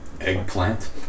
Eggplant